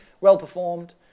well-performed